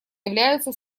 являются